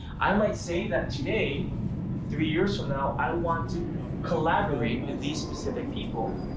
i might say that, today three years from now, i want to collaborate with these specific people.